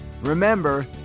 Remember